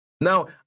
Now